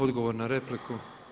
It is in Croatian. Odgovor na repliku.